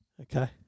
Okay